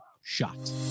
shot